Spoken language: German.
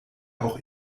auch